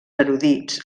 erudits